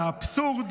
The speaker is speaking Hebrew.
והאבסורד,